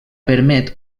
permet